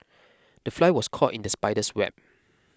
the fly was caught in the spider's web